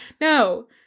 No